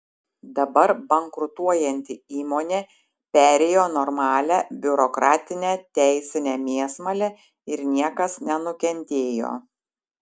dabar bankrutuojanti įmonė perėjo normalią biurokratinę teisinę mėsmalę ir niekas nenukentėjo